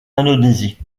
indonésie